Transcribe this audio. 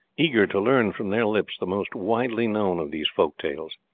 eager to learn from their lips the most widely known of these folk tales.